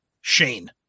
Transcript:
Shane